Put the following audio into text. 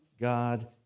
God